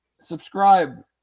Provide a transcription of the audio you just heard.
subscribe